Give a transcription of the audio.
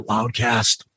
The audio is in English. Loudcast